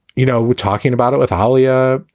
you know, we're talking about it with alya.